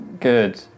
good